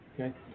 Okay